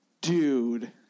Dude